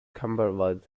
cumberland